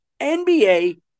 NBA